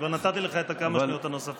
כבר נתתי לך את הכמה שניות הנוספות.